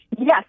Yes